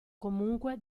comunque